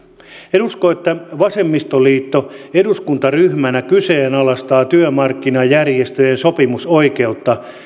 en usko että vasemmistoliitto eduskuntaryhmänä kyseenalaistaa työmarkkinajärjestöjen sopimusoikeutta